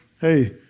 hey